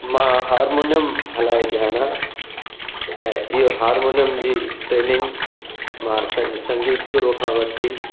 मां हारमोनियम हलाइणु ॼाणा ऐं इहो हारमोनियम जी ट्रेनिंग मां असांजे संगीत गुरूअ खां वर्ती